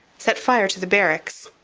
set fire to the barracks,